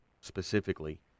specifically